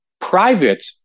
private